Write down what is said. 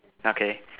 okay